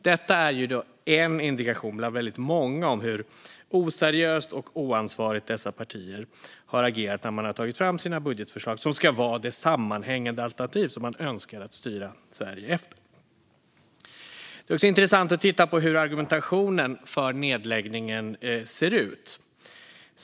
Detta är en av väldigt många indikationer på hur oseriöst och oansvarigt dessa partier har agerat när de har tagit fram sitt budgetförslag - som ska vare vara det sammanhängande alternativ som man önskar styra Sverige efter. Det är också intressant att titta på hur argumentationen för nedläggningen ser ut.